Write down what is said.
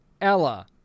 Ella